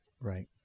Right